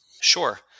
Sure